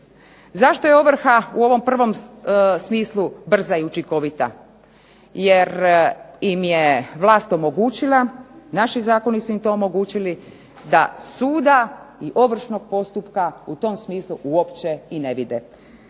Zašto je ovrha u ovom prvom smislu brza i učinkovita? Jer im je vlast omogućila, naši zakoni su im to omogućili da suda i ovršnog postupka u tom smislu uopće ne vide.